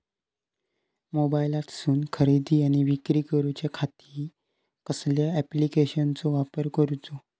मोबाईलातसून खरेदी आणि विक्री करूच्या खाती कसल्या ॲप्लिकेशनाचो वापर करूचो?